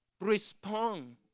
respond